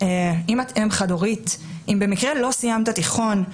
אם את אם חד-הורית או במקרה לא סיימת את התיכון,